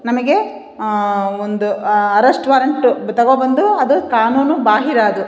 ನಮಗೆ ಒಂದು arrest warrant ಬ ತಗೊಂಬಂದು ಅದು ಕಾನೂನು ಬಾಹಿರ ಅದು